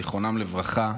זיכרונם לברכה,